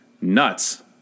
nuts